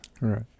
right